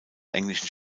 englischen